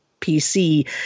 PC